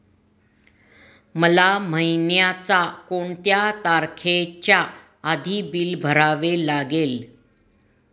मला महिन्याचा कोणत्या तारखेच्या आधी बिल भरावे लागेल?